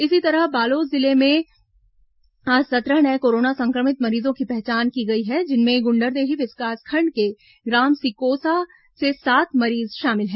इसी तरह बालोद जिले में आज सत्रह नये कोरोना संक्रमित मरीजों की पहचान की गई है जिनमें गुंडरदेही विकासखंड के ग्राम सिकोसा से सात मरीज शामिल हैं